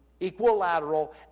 equilateral